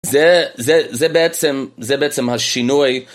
זה, זה, זה בעצם, זה בעצם השינוי.